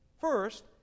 First